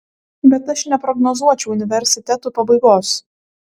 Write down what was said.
bet aš neprognozuočiau universitetų pabaigos